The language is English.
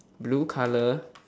blue colour